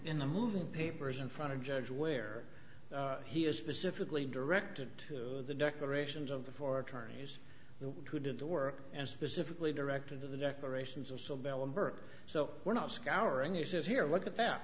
in the moving papers in front of judge where he is specifically directed to the declarations of the four attorneys who did the work and specifically directed to the declarations are still valid birth so we're not scouring your says here look at th